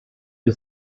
you